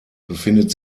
befindet